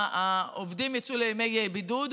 העובדים יצאו לימי בידוד,